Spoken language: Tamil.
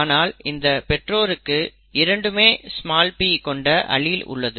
ஆனால் இந்த பெற்றோருக்கு இரண்டுமே p கொண்ட அலீல் உள்ளது